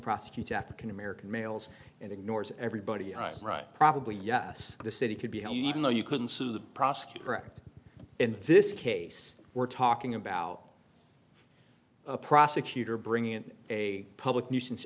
prosecute african american males and ignores everybody probably yes the city could be happy even though you couldn't sue the prosecutor in this case we're talking about a prosecutor bringing in a public nuisance